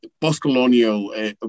post-colonial